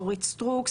אורית סטרוק,